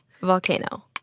Volcano